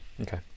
okay